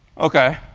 ok.